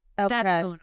okay